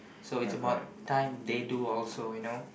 so it's about time they do also you know